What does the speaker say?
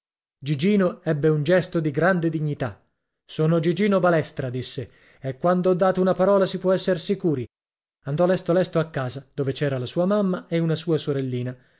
gigino ebbe un gesto di grande dignità sono gigino balestra disse e quando ho dato una parola si può esser sicuri andò lesto lesto a casa dove c'era la sua mamma e una sua sorellina